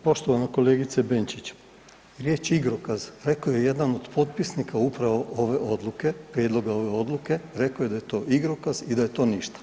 Poštovana kolegice Benčić, riječ igrokaz rekao je jedan od potpisnika ove odluke, prijedloga ove odluke, rekao je da je to igrokaz i da je to ništa.